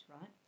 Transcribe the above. right